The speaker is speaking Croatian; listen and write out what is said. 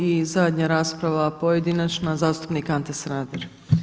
I zadnja rasprava pojedinačna, zastupnik Ante Sanader.